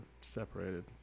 separated